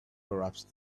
perhaps